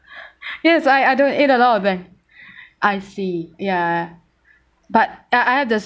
yes I I don't eat a lot of them I see ya but I I have the